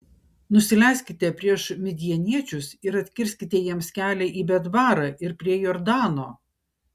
nusileiskite prieš midjaniečius ir atkirskite jiems kelią į betbarą ir prie jordano